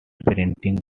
printing